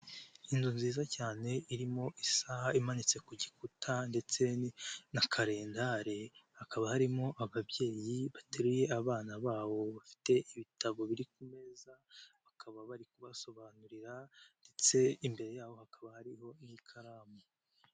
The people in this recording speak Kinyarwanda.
Inzu nziza cyane irimo isaha imanitse ku gikuta ndetse na kalendari, hakaba harimo ababyeyi bateruye abana babo bafite ibitabo biri ku meza, bakaba bari kubasobanurira ndetse imbere yabo hakaba hariho n'ikaramu.